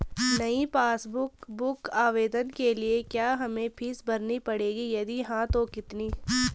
नयी passbook book आवेदन के लिए क्या हमें फीस भरनी पड़ेगी यदि हाँ तो कितनी?